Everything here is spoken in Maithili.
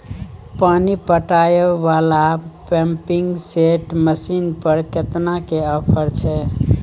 पानी पटावय वाला पंपिंग सेट मसीन पर केतना के ऑफर छैय?